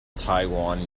taiwan